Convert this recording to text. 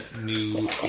new